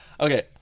Okay